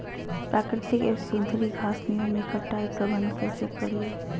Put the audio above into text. प्राकृतिक एवं सुधरी घासनियों में कटाई प्रबन्ध कैसे करीये?